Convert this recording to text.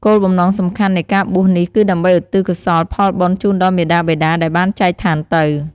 គោលបំណងសំខាន់នៃការបួសនេះគឺដើម្បីឧទ្ទិសកុសលផលបុណ្យជូនដល់មាតាបិតាដែលបានចែកឋានទៅ។